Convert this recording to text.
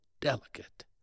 delicate